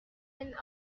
end